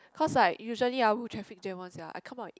cause like usually ah traffic jam one sia I come out